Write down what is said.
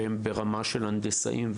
שהם ברמה של הנדסאים,